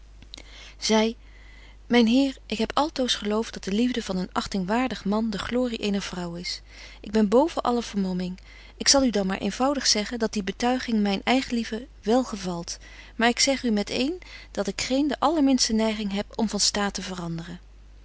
zy myn heer ik heb altoos gelooft dat de liefde van een achtingwaardig man de glorie eener vrouw is ik ben boven alle vermomming ik zal u dan maar eenvoudig zeggen dat die betuiging myn eigenliefde wélgevalt maar ik zeg u met een dat ik geen de allerminste neiging heb om van staat te veranderen